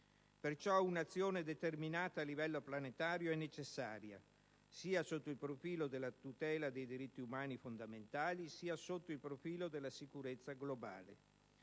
un'azione determinata a livello planetario, sia sotto il profilo della tutela dei diritti umani fondamentali, sia sotto il profilo della sicurezza globale.